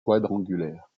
quadrangulaire